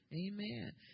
Amen